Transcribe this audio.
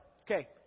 Okay